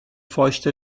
feuchte